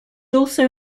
also